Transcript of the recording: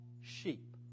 sheep